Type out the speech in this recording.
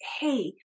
hey